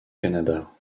canada